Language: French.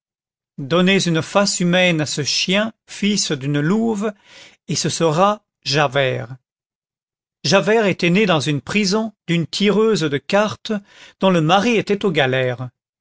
donnez une face humaine à ce chien fils d'une louve et ce sera javert javert était né dans une prison d'une tireuse de cartes dont le mari était aux galères